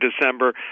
December